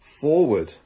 forward